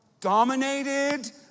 dominated